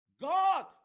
God